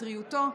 טריותו,